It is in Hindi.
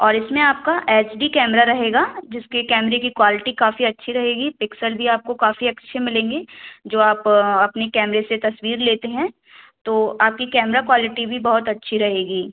और इसमें आपका एच डी कैमरा रहेगा जिसके कैमेरे कि क्वलटी काफ़ी अच्छी रहेगी पिक्सल भी आपको काफ़ी अच्छी मिलेंगी जो आप अपने कैमेरे से तस्वीर लेते हैं तो आपाकी कैमरा क्वालिटी भी बहुत अच्छी रहेगी